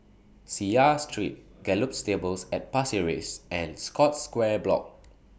Seah Street Gallop Stables At Pasir Ris and Scotts Square Block